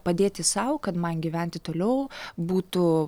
padėti sau kad man gyventi toliau būtų